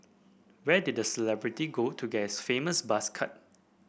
where did the celebrity go to get his famous buzz cut